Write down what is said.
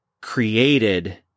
created